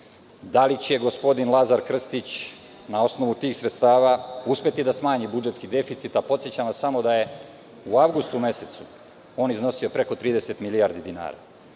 Da li će gospodin Lazar Krstić na osnovu tih sredstava uspeti da smanji budžetski deficit? Podsećam vas samo da je u avgustu mesecu on iznosio preko 30 milijardi dinara,